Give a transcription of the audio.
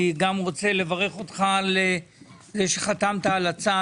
גם רוצה לברך אותך על זה שחתמת על הצו